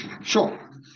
Sure